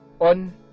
on